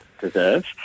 deserve